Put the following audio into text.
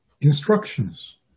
Instructions